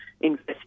invest